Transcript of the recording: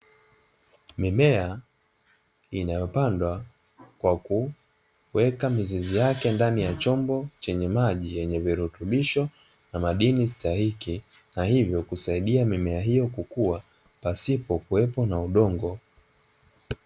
Mimea inayopandwa kwa kuweka mizizi yake ndani ya chombo chenye maji yenye virutubisho na madini stahiki na hivo kusaidia mimea hiyo kukua pasipokuwepo na udongo.